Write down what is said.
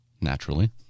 Naturally